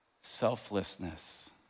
selflessness